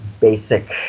basic